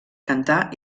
cantar